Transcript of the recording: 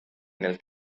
nel